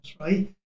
right